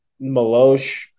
Malosh